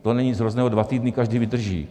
To není nic hrozného, dva týdny každý vydrží.